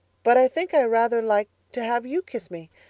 but i think i rather like to have you kiss me.